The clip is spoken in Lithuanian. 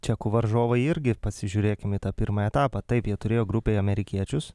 čekų varžovai irgi pasižiūrėkim į tą pirmą etapą taip jie turėjo grupėje amerikiečius